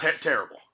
Terrible